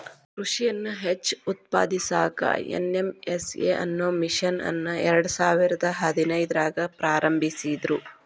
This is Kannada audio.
ಕೃಷಿಯನ್ನ ಹೆಚ್ಚ ಉತ್ಪಾದಕವಾಗಿಸಾಕ ಎನ್.ಎಂ.ಎಸ್.ಎ ಅನ್ನೋ ಮಿಷನ್ ಅನ್ನ ಎರ್ಡಸಾವಿರದ ಹದಿನೈದ್ರಾಗ ಪ್ರಾರಂಭಿಸಿದ್ರು